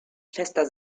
fester